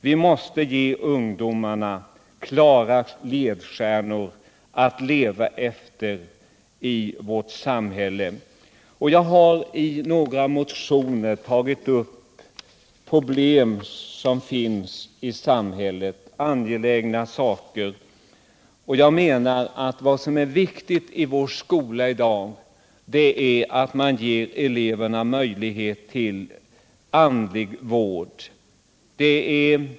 Vi måste ge ungdomarna klara ledstjärnor att leva efter i vårt samhälle. Och jag har i några motioner tagit upp problem som finns i samhället, angelägna frågor, och menar att vad som är viktigt i vår skola i dag är att ge eleverna möjlighet till andlig vård.